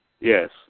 Yes